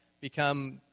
become